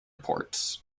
ports